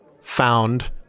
found